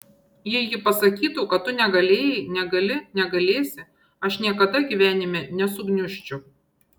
jei ji pasakytų kad tu negalėjai negali negalėsi aš niekada gyvenime nesugniužčiau